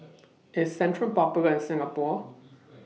IS Centrum Popular in Singapore